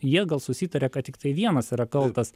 jie gal susitarė kad tiktai vienas yra kaltas